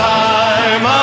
time